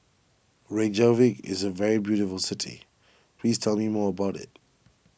Reykjavik is a very beautiful city please tell me more about it